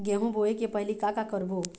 गेहूं बोए के पहेली का का करबो?